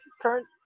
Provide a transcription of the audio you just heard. current